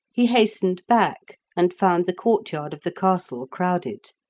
he hastened back, and found the courtyard of the castle crowded.